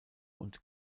und